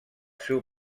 seu